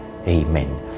Amen